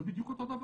זה בדיוק אותו דבר.